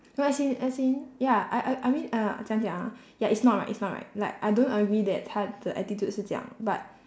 no as in as in ya I I I mean uh 这样讲啊 ya it's not right it's not right like I don't agree that 她的 attitude 是这样 but